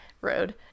Road